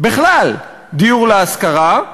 בכלל, דיור להשכרה,